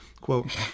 Quote